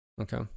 Okay